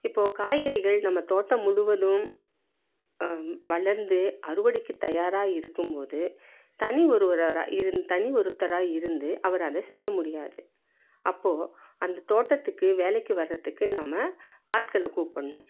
இப்போ காய்கறிகள் நம்ம தோட்டம் முழுவதும் வளர்ந்து அறுவடைக்கு தயாராக இருக்கும் போது தனி ஒருவராராக இருந் தனி ஒருத்தராக இருந்து அவர் அதை செய்ய முடியாது அப்போ அந்த தோட்டத்துக்கு வேலைக்கு வர்றதுக்கு நம்ம ஆட்களை கூப்பிடணும்